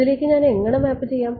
ഇതിലേക്ക് ഞാനെങ്ങനെ മാപ്പ് ചെയ്യാം